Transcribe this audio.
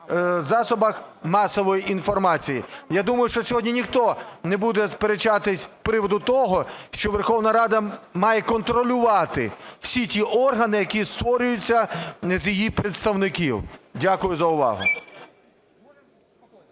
засобах масової інформації. Я думаю, що сьогодні ніхто не буде сперечатись з приводу того, що Верховна Рада має контролювати всі ті органи, які створюються з її представників. Дякую за увагу.